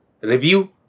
review